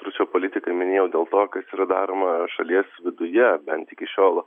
stručio politiką minėjau dėl to kas yra daroma šalies viduje bent iki šiol